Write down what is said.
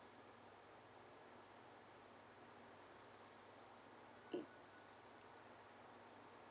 mm